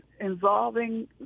involving